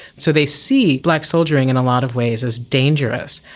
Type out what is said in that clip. so they see black soldiering in a lot of ways as dangerous.